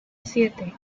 siete